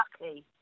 lucky